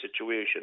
situation